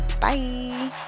Bye